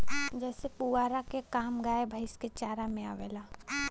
जेसे पुआरा के काम गाय भैईस के चारा में आवेला